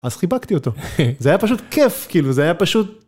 אז חיבקתי אותו, זה היה פשוט כיף, כאילו, זה היה פשוט...